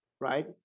right